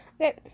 Okay